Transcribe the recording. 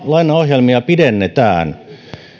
lainaohjelmia pidennetään